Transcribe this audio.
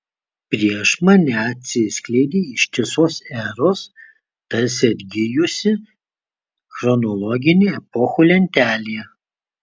prieš mane atsiskleidė ištisos eros tarsi atgijusi chronologinė epochų lentelė